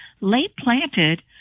late-planted